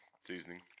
Seasoning